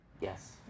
Yes